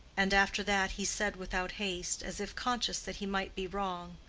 and after that he said, without haste, as if conscious that he might be wrong,